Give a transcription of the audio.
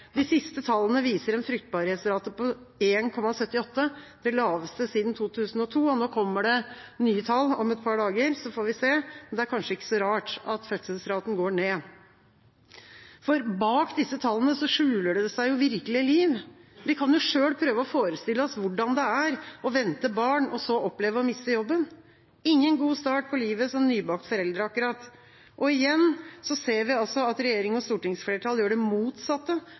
De siste tallene viser en fruktbarhetsrate på 1,78 – den laveste siden 2002. Nå kommer det nye tall om et par dager, så får vi se. Men det er kanskje ikke så rart at fødselsraten går ned. For bak disse tallene skjuler det seg virkelige liv. Vi kan jo selv prøve å forestille oss hvordan det er å vente barn og så oppleve å miste jobben – ingen god start på livet som nybakt forelder akkurat. Igjen ser vi at regjering og stortingsflertall gjør det motsatte